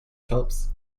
tops